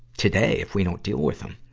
today, if we don't deal with them.